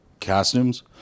costumes